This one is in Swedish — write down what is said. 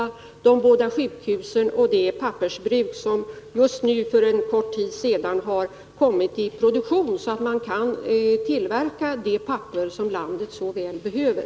Det gäller de båda sjukhusen och pappersbruket, som för kort tid sedan har kommit i produktion, så att man kan tillverka det papper som landet så väl behöver.